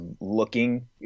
looking